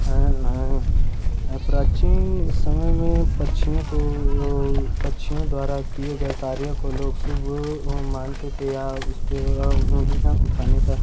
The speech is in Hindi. हाँ हाँ प्राचीन समय में पक्षियों को पक्षियों द्वारा किये गए कार्यों को लोग शुभ मानते हैं या उसको अंगुली में उठाने का